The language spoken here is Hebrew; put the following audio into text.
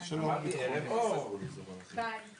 ונציגי כנסת ויש מושג שנקרא ועדות